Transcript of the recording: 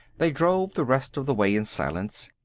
they drove the rest of the way in silence.